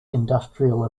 industrial